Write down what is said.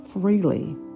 freely